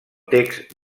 text